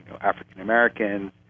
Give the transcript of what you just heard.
African-Americans